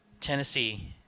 Tennessee